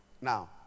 Now